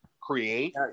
create